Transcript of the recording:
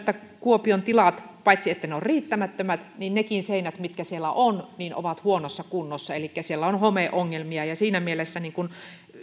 kuopion tiloista se että paitsi että ne ovat riittämättömät niin nekin seinät mitkä siellä ovat ovat huonossa kunnossa elikkä siellä on homeongelmia ja siinä mielessä